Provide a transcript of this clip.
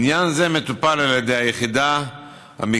עניין זה מטופל על ידי היחידה המקצועית